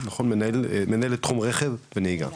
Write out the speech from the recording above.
מנהלת תחום רכב ונהיגה.